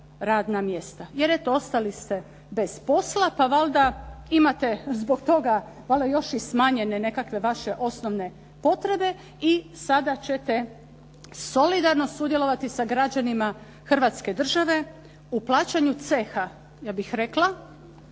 jer eto ostali ste bez posla, pa valjda imate zbog toga valjda još i smanjene nekakve vaše osnove potrebe i sada ćete solidarno sudjelovati sa građanima Hrvatske države u plaćanju ceha ja bih rekla